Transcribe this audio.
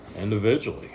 individually